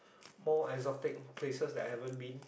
more exotic places that I haven't been